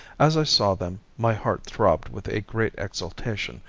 as i saw them my heart throbbed with a great exultation,